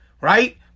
right